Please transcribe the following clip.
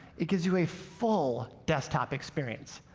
it gives you a full desktop experience,